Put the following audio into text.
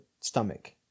stomach